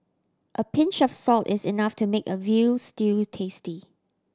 a pinch of salt is enough to make a veal stew tasty